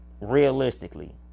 Realistically